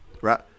right